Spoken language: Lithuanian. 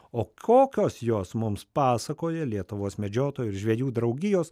o kokios jos mums pasakoja lietuvos medžiotojų ir žvejų draugijos